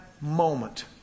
moment